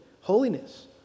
Holiness